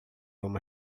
uma